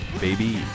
baby